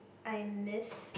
I miss